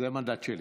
זה המנדט שלי.